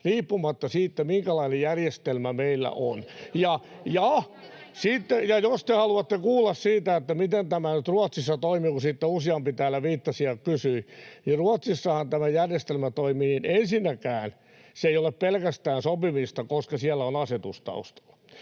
riippumatta siitä, minkälainen järjestelmä meillä on. Ja jos te haluatte kuulla siitä, miten tämä nyt Ruotsissa toimii, kun siihen useampi täällä viittasi ja kysyi, niin Ruotsissahan tämä järjestelmä toimii niin, että ensinnäkään se ei ole pelkästään sopimista, koska siellä on asetus taustalla.